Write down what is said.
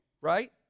right